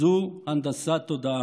זו הנדסת תודעה.